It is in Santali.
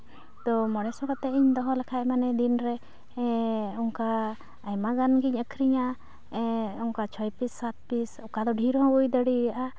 ᱛᱚ ᱢᱚᱬᱮ ᱥᱚ ᱠᱟᱛᱮ ᱤᱧ ᱫᱚᱦᱚ ᱞᱮᱠᱷᱟᱡ ᱛᱚ ᱫᱤᱱ ᱨᱮ ᱚᱱᱠᱟ ᱟᱭᱢᱟ ᱜᱟᱱ ᱜᱮᱧ ᱟᱹᱠᱷᱨᱤᱧᱟ ᱚᱱᱠᱟ ᱪᱷᱚᱭ ᱯᱤᱥ ᱥᱟᱛ ᱯᱤᱥ ᱚᱠᱟ ᱫᱚ ᱰᱷᱤᱨ ᱦᱚᱸ ᱦᱩᱭ ᱫᱟᱲᱮᱭᱟᱜᱼᱟ